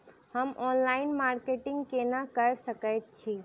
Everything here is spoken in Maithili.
हम ऑनलाइन मार्केटिंग केना कऽ सकैत छी?